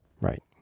Right